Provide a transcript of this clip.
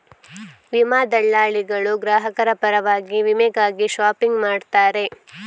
ವಿಮಾ ದಲ್ಲಾಳಿಗಳು ಗ್ರಾಹಕರ ಪರವಾಗಿ ವಿಮೆಗಾಗಿ ಶಾಪಿಂಗ್ ಮಾಡುತ್ತಾರೆ